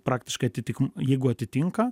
praktiškai atitikmuo jeigu atitinka